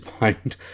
mind